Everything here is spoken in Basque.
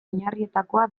oinarrietakoa